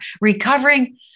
recovering